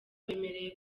bemerewe